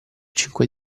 cinque